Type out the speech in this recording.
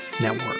Network